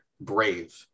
Brave